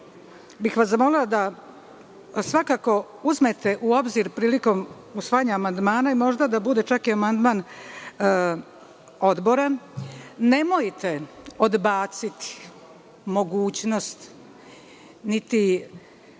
bih vas da to uzmete u obzir prilikom usvajanja amandmana i možda da bude čak amandman Odbora. Nemojte odbaciti mogućnost,